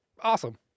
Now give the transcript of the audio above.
awesome